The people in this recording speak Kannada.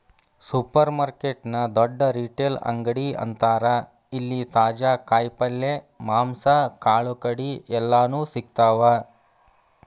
ಸೂಪರ್ರ್ಮಾರ್ಕೆಟ್ ನ ದೊಡ್ಡ ರಿಟೇಲ್ ಅಂಗಡಿ ಅಂತಾರ ಇಲ್ಲಿ ತಾಜಾ ಕಾಯಿ ಪಲ್ಯ, ಮಾಂಸ, ಕಾಳುಕಡಿ ಎಲ್ಲಾನೂ ಸಿಗ್ತಾವ